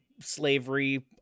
slavery